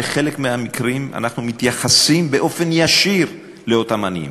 בחלק מהמקרים אנחנו מתייחסים באופן ישיר לאותם עניים,